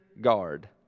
guard